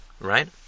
right